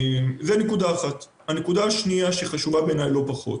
נקודה שנייה שחשובה בעיניי לא פחות,